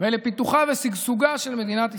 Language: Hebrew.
ולפיתוחה ושגשוגה של מדינת ישראל.